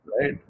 Right